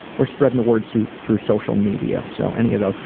or spreading the word so through social media, so any of those.